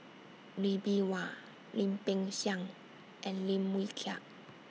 Lee Bee Wah Lim Peng Siang and Lim Wee Kiak